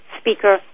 speaker